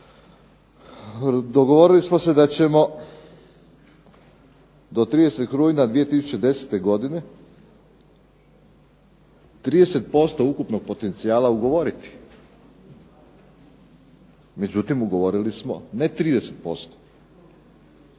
Nadalje, dogovorili smo se da ćemo do 30. rujna 2010. godine 30% ukupnog potencijala ugovoriti, međutim ugovorili smo ne 30%,